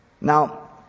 Now